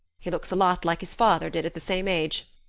he looks a lot like his father did at the same age.